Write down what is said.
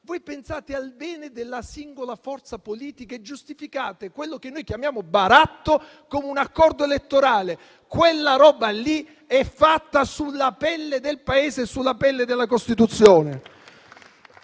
voi pensate al bene della singola forza politica e giustificate quello che noi chiamiamo baratto come un accordo elettorale. Quella roba lì è fatta sulla pelle del Paese, sulla pelle della Costituzione.